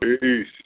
Peace